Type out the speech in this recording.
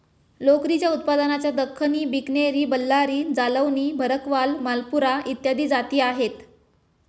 लोकरीच्या उत्पादनाच्या दख्खनी, बिकनेरी, बल्लारी, जालौनी, भरकवाल, मालपुरा इत्यादी जाती आहेत